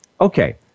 Okay